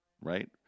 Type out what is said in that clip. right